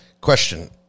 question